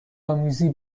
آمیزی